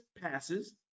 passes